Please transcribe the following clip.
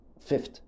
fifth